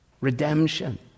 redemption